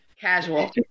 Casual